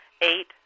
eight